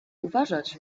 uważać